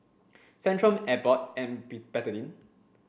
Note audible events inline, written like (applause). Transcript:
Centrum Abbott and (unintelligible) Betadine